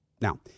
Now